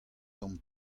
tamm